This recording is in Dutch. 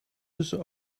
tussen